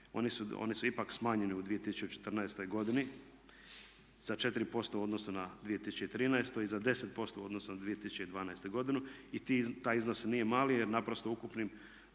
oni su ipak smanjeni u 2014. godini za 4% u odnosu na 2013. i za 10% u odnosu na 2012. godinu. Taj iznos nije mali jer naprosto ukupni